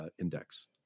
index